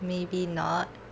maybe not